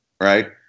right